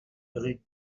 éric